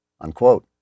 unquote